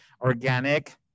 organic